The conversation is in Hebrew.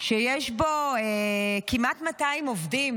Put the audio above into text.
שיש בו כמעט 200 עובדים